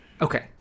Okay